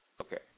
Okay